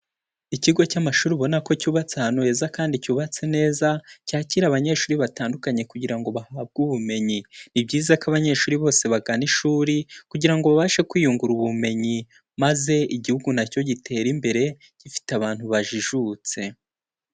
Ikigo cy'amashuri ubona ko cyubatse ahantu heza kandi cyubatse neza, cyakira abanyeshuri batandukanye kugira ngo bahabwe ubumenyi. Ni byiza ko abanyeshuri bose bagana ishuri kugira ngo babashe kwiyungura ubumenyi, maze igihugu nacyo gitere imbere, gifite abantu bajijutse.